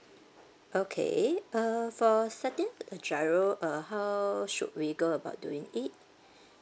okay uh for setting a GIRO uh how should we go about doing it